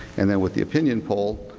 and then with the opinion poll,